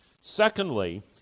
Secondly